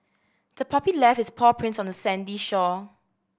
the puppy left its paw prints on the sandy shore